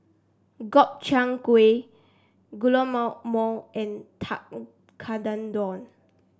Gobchang Gui and